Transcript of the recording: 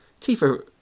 Tifa